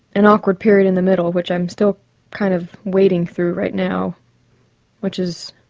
an awkward period in the middle which i'm still kind of wading through right now which is